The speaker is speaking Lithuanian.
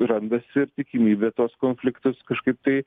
randasi ir tikimybė tuos konfliktus kažkaip tai